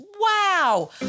Wow